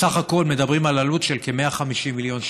בסך הכול מדברים על עלות של כ-150 מיליון שקל.